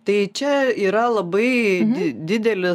tai čia yra labai didelis